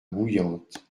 bouillante